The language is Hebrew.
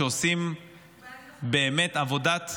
שעושים באמת עבודת קודש.